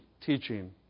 teaching